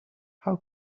how